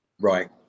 Right